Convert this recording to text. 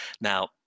Now